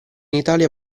italia